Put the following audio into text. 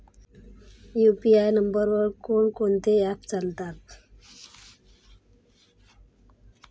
UPI नंबरवर कोण कोणते ऍप्स चालतात?